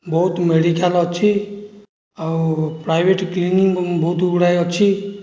ବହୁତ ମେଡ଼ିକାଲ ଅଛି ଆଉ ପ୍ରାଇଭେଟ କ୍ଲିନିକ ବହୁତ ଗୁଡ଼ାଏ ଅଛି